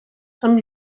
amb